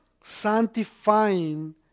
sanctifying